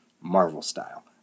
Marvel-style